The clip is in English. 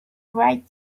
write